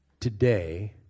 Today